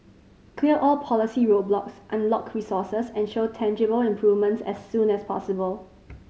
clear all policy roadblocks unlock resources and show tangible improvements as soon as possible